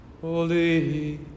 Holy